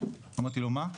אמרתי לו מה?